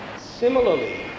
Similarly